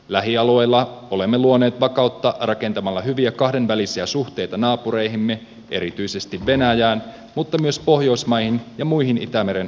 lähialueilla olemme luoneet vakautta rakentamalla hyviä kahdenvälisiä suhteita naapureihimme erityisesti venäjään mutta myös pohjoismaihin ja muihin itämeren alueen valtioihin